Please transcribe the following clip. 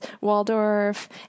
Waldorf